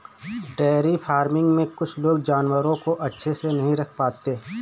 dairy farming में कुछ लोग जानवरों को अच्छे से नहीं रख पाते